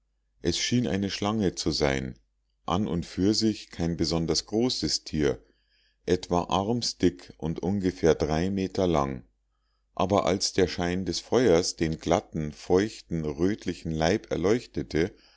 es schien eine schlange zu sein an und für sich kein besonders großes tier etwa armsdick und ungefähr drei meter lang aber als der schein des feuers den glatten feuchten rötlichen leib erleuchtete